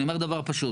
אני אומר דבר פשוט,